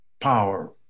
power